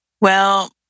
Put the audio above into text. Well-